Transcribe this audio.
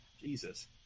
Jesus